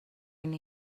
مشکلی